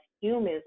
humans